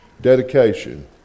dedication